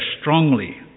strongly